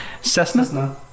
Cessna